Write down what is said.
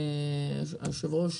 היושב-ראש,